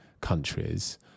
countries